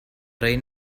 reign